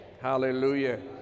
hallelujah